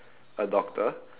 a doctor